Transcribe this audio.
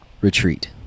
retreat